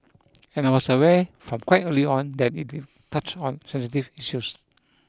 and I was aware from quite early on that it did touch on sensitive issues